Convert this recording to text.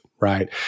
right